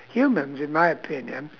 humans in my opinion